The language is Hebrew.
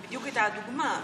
זו בדיוק הייתה הדוגמה,